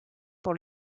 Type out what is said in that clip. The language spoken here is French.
pour